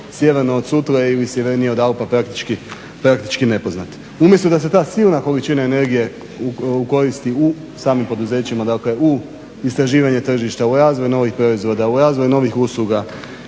sjeverno od Sutle ili sjevernije od Alpa praktički nepoznat. Umjesto da se silna količina energije ukoristi u samim poduzećima u istraživanje tržišta, u razvoj novih proizvoda, u razvoj novih usluga